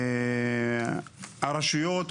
הרשויות,